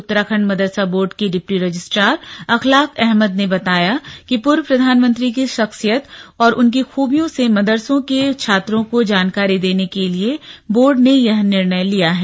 उत्तराखंड मदरसा बोर्ड के deputy registrar Akhlaq Ahmad ने बताया कि पूर्व प्रधानमंत्री की शख्सियत और उनकी खुबियों से मदरसों के छात्रों को जानकारी देने के लिए बोर्ड ने यह निर्णय लिया है